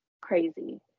crazy